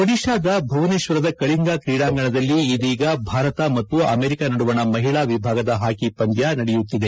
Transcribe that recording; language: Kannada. ಓಡಿತಾದ ಭುವನೇಶ್ವರದ ಕಳಿಂಗ ಕ್ರೀಡಾಂಗಣದಲ್ಲಿ ಇದೀಗ ಭಾರತ ಮತ್ತು ಅಮೆರಿಕ ನಡುವಣ ಮಹಿಳಾ ವಿಭಾಗದ ಹಾಕಿ ಪಂದ್ಯ ನಡೆಯುತ್ತಿದೆ